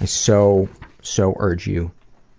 i so so urge you